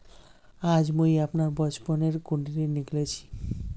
आज मुई अपनार बचपनोर कुण्डली निकली छी